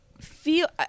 feel